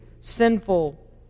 sinful